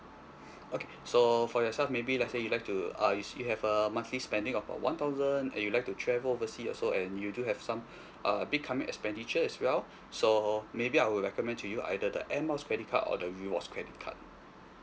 okay so for yourself maybe let's say you like to uh you have a monthly spending of a one thousand and you like to travel oversea also and you do have some uh big coming expenditure as well so maybe I will recommend to you either the air miles credit card or the rewards credit card